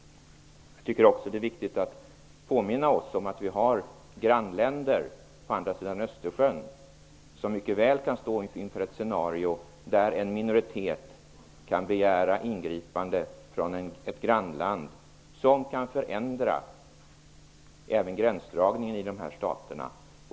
Jag tycker också att det är viktigt att påminna oss om att det finns grannländer på andra sidan Östersjön som mycket väl kan stå inför ett scenario där en minoritet kan begära ingripande från ett grannland som kan förändra även gränsdragningen i dessa stater.